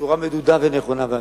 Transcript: בצורה מדודה, ונכונה ואמיתית.